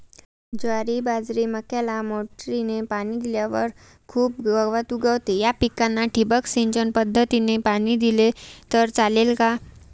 ज्वारी, बाजरी, मक्याला मोटरीने पाणी दिल्यावर खूप गवत उगवते, या पिकांना ठिबक सिंचन पद्धतीने पाणी दिले तर चालेल का?